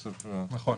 נכון,